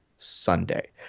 Sunday